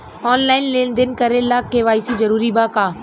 Online लेन देन करे ला के.वाइ.सी जरूरी बा का?